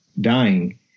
dying